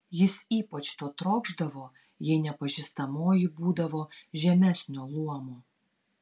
jis ypač to trokšdavo jei nepažįstamoji būdavo žemesnio luomo